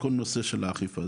בכל נושא של האכיפה,